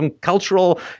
cultural